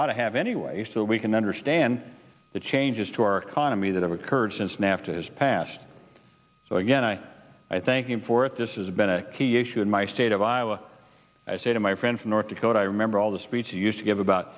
ought to have anyway so we can understand the changes to our economy that have occurred since nafta has passed so again i i thank you for it this has been a key issue in my state of iowa i say to my friend from north dakota i remember all the speech he used to give about